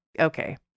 okay